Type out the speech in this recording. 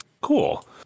cool